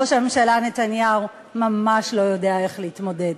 ראש הממשלה נתניהו ממש לא יודע איך להתמודד.